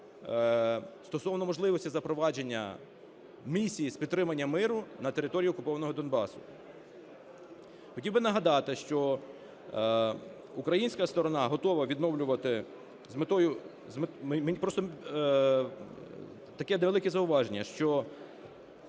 стосовно можливості запровадження місії з підтримання миру на території окупованого Донбасу. Хотів би нагадати, що українська сторона готова відновлювати з метою... В мене просто таке невелике зауваження, що